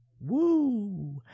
Woo